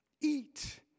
eat